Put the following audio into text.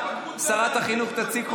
שרת החינוך תציג,